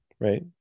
right